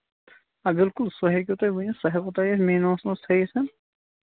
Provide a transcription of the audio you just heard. آ بِلکُل سُہ ہیٚکِو تُہۍ ؤنِتھ سُہ ہیٚکو تُہۍ مینوہَس منٛز تھٲوِتھ ہن